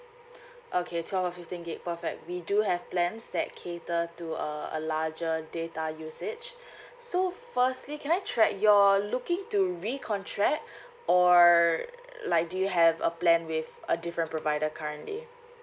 okay twelve or fifteen gig perfect we do have plans that cater to uh a larger data usage so firstly can I you're looking to recontract or like do you have a plan with a different provider currently